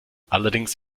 allerdings